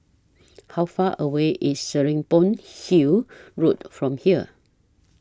How Far away IS Serapong Hill Road from here